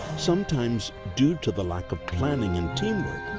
sometimes, due to the lack of planning and teamwork,